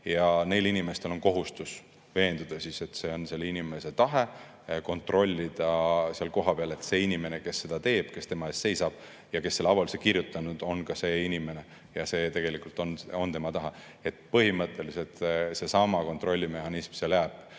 Neil inimestel on kohustus veenduda, et see on selle inimese tahe, kontrollida seal kohapeal, et see inimene, kes seda teeb, kes tema ees seisab ja kes selle avalduse on kirjutanud, ongi seesama inimene ja see on tema tahe. Nii et põhimõtteliselt seesama kontrollimehhanism seal jääb